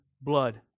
blood